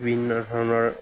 বিভিন্ন ধৰণৰ